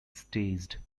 staged